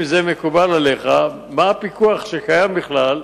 אם זה מקובל עליך, מה הפיקוח שקיים בכלל,